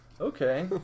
Okay